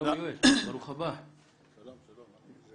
תשמע אדוני,